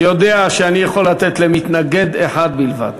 יודע שאני יכול לתת למתנגד אחד בלבד.